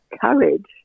courage